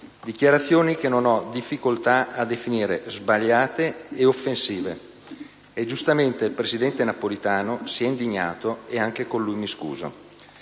dichiarazioni che non ho difficoltà a definire sbagliate e offensive. Giustamente il presidente Napolitano si è indignato, e anche con lui mi scuso.